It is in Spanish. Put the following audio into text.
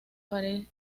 aparece